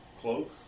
Cloak